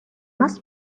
must